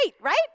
right